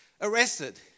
arrested